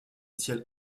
ciel